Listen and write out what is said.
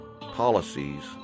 policies